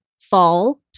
Fall